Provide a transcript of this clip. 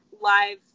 live